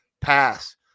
pass